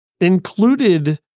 included